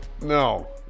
No